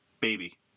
baby